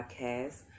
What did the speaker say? podcast